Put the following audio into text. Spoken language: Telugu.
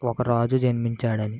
ఒక రాజు జన్మించాడని